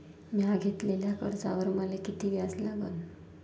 म्या घेतलेल्या कर्जावर मले किती व्याज लागन?